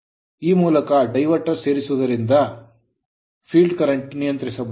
ಈ ಮೂಲಕ diverter diverter ಅನ್ನು ಸೇರಿಸುವ ಮೂಲಕ field current ಫೀಲ್ಡ್ ಕರೆಂಟ್ ಅನ್ನು ನಿಯಂತ್ರಿಸಬಹುದು